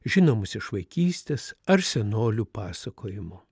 žinomus iš vaikystės ar senolių pasakojimo